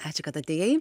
ačiū kad atėjai